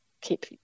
keep